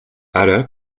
ara